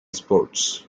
sports